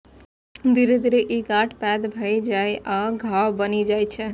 धीरे धीरे ई गांठ पैघ भए जाइ आ घाव बनि जाइ छै